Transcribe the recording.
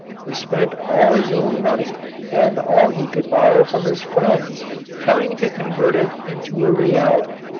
who spent all his own money and all he could borrow from his friends trying to convert it into a reality.